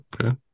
okay